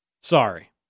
Sorry